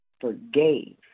forgave